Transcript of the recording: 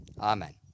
Amen